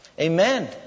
Amen